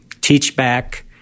teach-back